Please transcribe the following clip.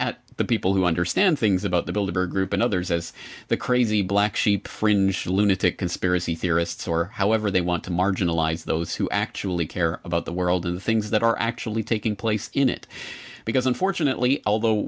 at the people who understand things about the builder group and others as the crazy black sheep fringe lunatic conspiracy theorists or however they want to marginalize those who actually care about the world in the things that are actually taking place in it because unfortunately although